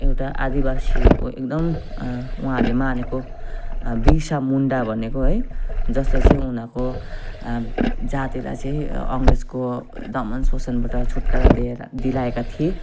एउटा आदिवासीको एकदम उहाँहरूले मानेको बिर्सा मुन्डा भनेको है जसले चाहिँ उनीहरूको जातिलाई चाहिँ अङ्ग्रेजको दमन शोषणबाट छुटकारा दिएर दिलाएका थिए